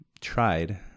tried